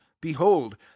behold